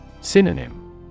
Synonym